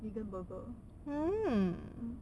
vegan burger mm